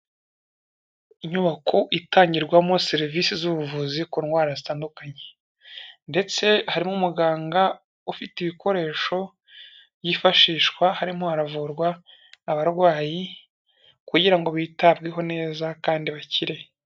Inyubako itangirwamo serivisi z'ubuvuzi ku ndwara zitandukanye, ndetse harimo umuganga ufite ibikoresho yifashishwa harimo haravurwa abarwayi kugira ngo bitabweho neza kandi bakire.